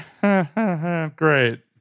Great